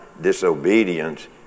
disobedience